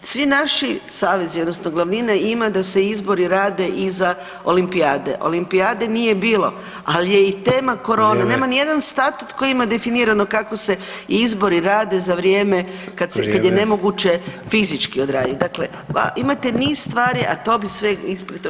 Svi naši savezi odnosno glavnina ima da se izbori rade i za olimpijade, olimpijade nije bilo, al je i tema korone, nema nijedan statut koji ima definirano kako se izbori rade za vrijeme kad je nemoguće fizički odradit, dakle imate niz stvari, a to bi sve inspektor